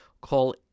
Call